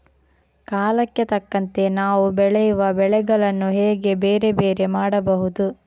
ಕಾಲಕ್ಕೆ ತಕ್ಕಂತೆ ನಾವು ಬೆಳೆಯುವ ಬೆಳೆಗಳನ್ನು ಹೇಗೆ ಬೇರೆ ಬೇರೆ ಮಾಡಬಹುದು?